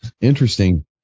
Interesting